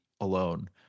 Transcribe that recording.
alone